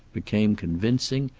became convincing,